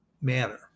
manner